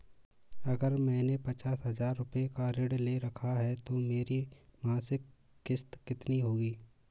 अगर मैंने पचास हज़ार रूपये का ऋण ले रखा है तो मेरी मासिक किश्त कितनी होगी?